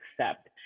accept